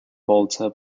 volta